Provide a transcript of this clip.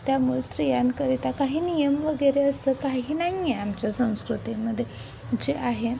त्यामुळे स्त्रियांकरिता काही नियम वगैरे असं काही नाही आहे आमच्या संस्कृतीमध्ये जे आहे